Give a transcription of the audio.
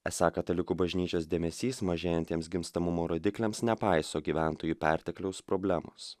esą katalikų bažnyčios dėmesys mažėjantiems gimstamumo rodikliams nepaiso gyventojų pertekliaus problemos